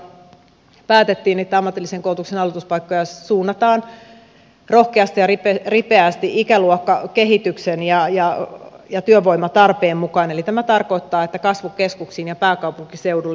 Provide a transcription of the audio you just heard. viime vaalikaudella päätettiin että ammatillisen koulutuksen aloituspaikkoja suunnataan rohkeasti jari petri peasti ikäluokka kehitykseen ja ripeästi ikäluokkakehityksen ja työvoimatarpeen mukaan eli tämä tarkoittaa että kasvukeskuksiin ja pääkaupunkiseudulle